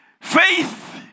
Faith